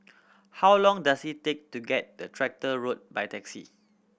how long does it take to get the Tractor Road by taxi